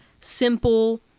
simple